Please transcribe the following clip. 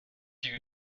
you